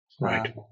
Right